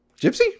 gypsy